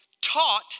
taught